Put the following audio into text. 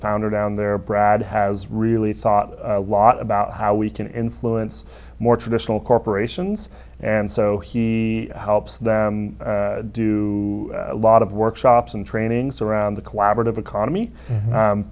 founder down there brad has really thought a lot about how we can influence more traditional corporations and so he helps them do a lot of workshops and trainings around the collaborative economy